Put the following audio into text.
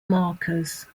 markers